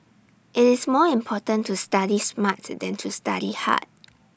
IT is more important to study smart than to study hard